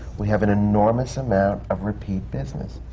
we have an enormous amount of repeat business.